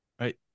right